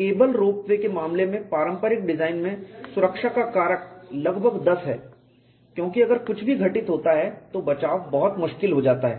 cable ropeway के मामले के लिए पारंपरिक डिजाइन में सुरक्षा का कारक लगभग 10 है क्योंकि अगर कुछ भी घटित होता है तो बचाव बहुत मुश्किल हो जाता है